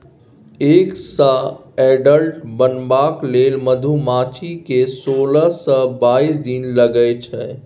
egg सँ adult बनबाक लेल मधुमाछी केँ सोलह सँ बाइस दिन लगै छै